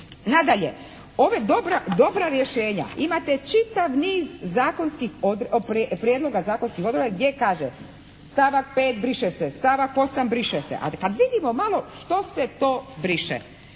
Ova dobra rješenja, imate čitav niz zakonskih, prijedloga zakonskih odredba gdje kaže: "Stavak 5. briše se, stavak 8. briše se" a vidimo malo što se to briše?